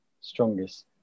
strongest